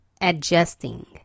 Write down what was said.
adjusting